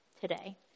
today